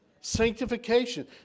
sanctification